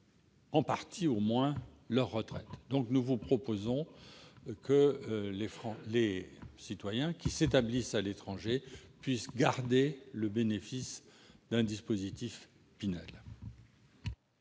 en partie au moins, leur retraite. Il est donc proposé que les citoyens s'établissant à l'étranger puissent garder le bénéfice du dispositif Pinel.